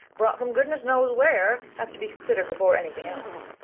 brought from goodness knows where, have to be considered before anything else.